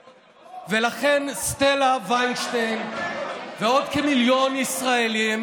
לכן, סטלה ויינשטיין ועוד כמיליון ישראלים